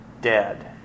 dead